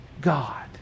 God